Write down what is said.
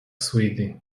suede